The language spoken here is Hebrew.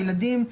הילדים,